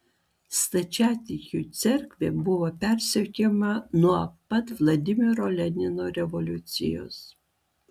stačiatikių cerkvė buvo persekiojama nuo pat vladimiro lenino revoliucijos